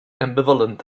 ambivalent